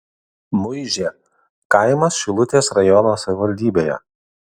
muižė kaimas šilutės rajono savivaldybėje